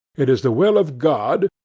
it is the will of god.